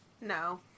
No